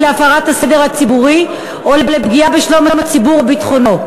להפרת הסדר הציבורי או לפגיעה בשלום הציבור וביטחונו.